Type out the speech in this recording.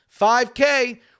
5K